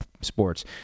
Sports